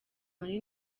muri